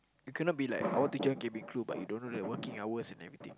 you cannot be like I want to join cabin crew but you don't know the working hours and everything